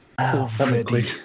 Already